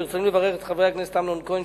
ברצוני לברך את חבר הכנסת אמנון כהן,